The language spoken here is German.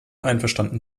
einverstanden